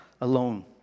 alone